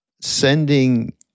sending